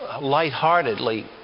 lightheartedly